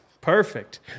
Perfect